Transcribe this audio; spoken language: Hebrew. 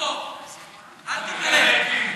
אל תתערב.